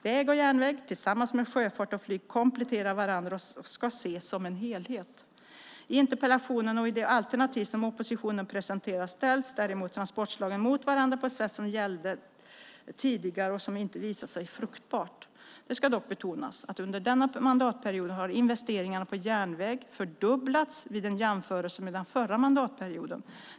Väg och järnväg, tillsammans med sjöfart och flyg, kompletterar varandra och ska ses som en helhet. I interpellationen och i det alternativ som oppositionen presenterat ställs däremot transportslagen mot varandra på ett sätt som gällde tidigare och som inte visat sig fruktbart. Det ska dock betonas att under denna mandatperiod har investeringarna på järnväg fördubblats vid en jämförelse med den förra mandatperioden.